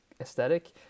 aesthetic